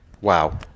Wow